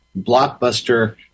Blockbuster